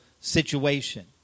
situation